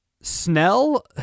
Snell